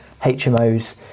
HMOs